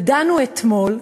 ודנו אתמול,